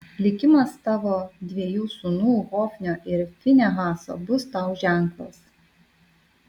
likimas tavo dviejų sūnų hofnio ir finehaso bus tau ženklas